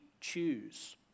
choose